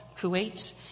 Kuwait